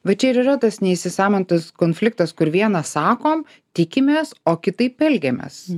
va čia ir yra tas neįsisąmonintas konfliktas kur viena sakom tikimės o kitaip elgiamės